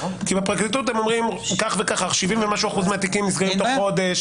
כי בפרקליטות הם אומרים: יותר מ-70% מהתיקים נסגרים תוך חודש.